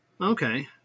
Okay